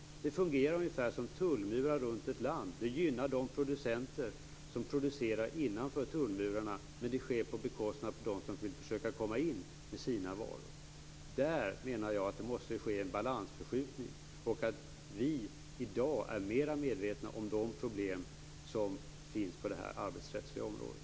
Det fungerar ungefär som tullmurar runt ett land; det gynnar de producenter som producerar innanför tullmurarna på bekostnad av dem som vill försöka komma in med sina varor. Där måste det ske en balansförskjutning, och vi är i dag mer medvetna om de problem som finns på det arbetsrättsliga området.